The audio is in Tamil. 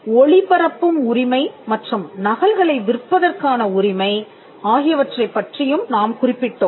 ஒளிபரப்பும் உரிமை மற்றும் நகல்களை விற்பதற்கான உரிமை ஆகியவற்றைப் பற்றியும் நாம் குறிப்பிட்டோம்